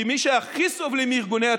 כי מי שהכי סובלים מארגוני הטרור,